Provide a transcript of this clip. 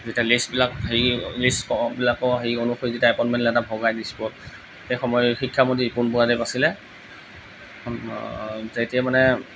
যেতিয়া লিষ্টবিলাক সেই লিষ্টবিলাকৰ সেই অনুসৰি যেতিয়া এপইণ্টমেণ্ট লেটাৰ ভগাই দিছপুৰত সেই সময়ত শিক্ষামন্ত্ৰী ৰিপুণ বৰাদেৱ আছিলে তেতিয়া মানে